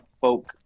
folk